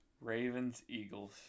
Ravens-Eagles